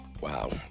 wow